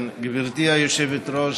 גברתי היושבת-ראש,